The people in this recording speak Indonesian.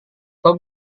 tom